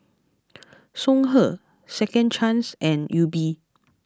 Songhe Second Chance and Yupi